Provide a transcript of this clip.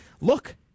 Look